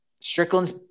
Strickland's